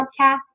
podcast